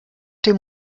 dem